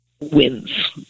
wins